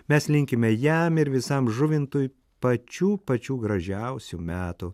mes linkime jam ir visam žuvintui pačių pačių gražiausių metų